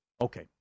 Okay